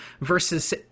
Versus